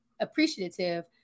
appreciative